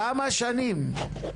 כמה שנים?